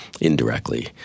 indirectly